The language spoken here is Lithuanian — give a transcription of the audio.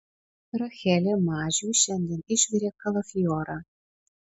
rachelė mažiui šiandien išvirė kalafiorą